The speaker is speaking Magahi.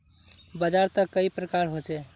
बाजार त कई प्रकार होचे?